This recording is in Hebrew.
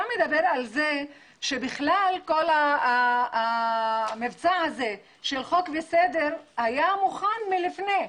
אתה מדבר על זה שבכלל כל המבצע הזה של "חוק וסדר" היה מוכן מלפני כן.